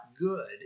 good